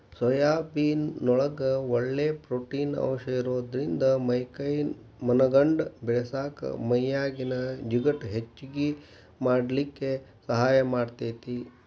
soybean ನೊಳಗ ಒಳ್ಳೆ protein ಅಂಶ ಇರೋದ್ರಿಂದ ಮೈ ಕೈ ಮನಗಂಡ ಬೇಳಸಾಕ ಮೈಯಾಗಿನ ಜಿಗಟ್ ಹೆಚ್ಚಗಿ ಮಾಡ್ಲಿಕ್ಕೆ ಸಹಾಯ ಮಾಡ್ತೆತಿ